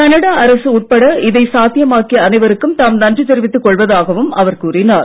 Canada அரசு உட்பட இதை சாத்தியமாக்கிய அனைவருக்கும் தாம் நன்றி தெரிவித்து கொள்வதாகவும் அவர் கூறினார்